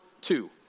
two